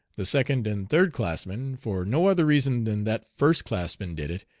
the second and third-classmen, for no other reason than that first-classmen did it,